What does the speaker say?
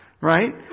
right